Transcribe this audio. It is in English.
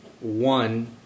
One